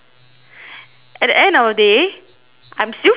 at the end of the day I am still friends with her